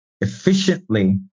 efficiently